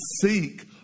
seek